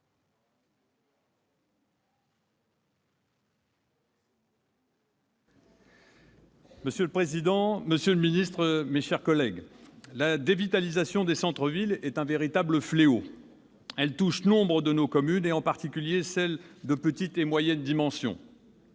Monsieur le président, monsieur le ministre, mes chers collègues, la dévitalisation des centres-villes est un véritable fléau. Elle touche nombre de nos communes, en particulier celles de petites et moyennes dimensions.